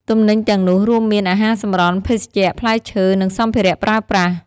ទំនិញទាំងនោះរួមមាន អាហារសម្រន់ ភេសជ្ជៈ ផ្លែឈើ និងសម្ភារៈប្រើប្រាស់។